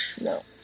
No